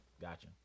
Gotcha